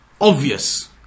obvious